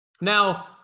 Now